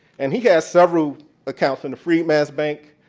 and he had several accounts in the freedman's bank.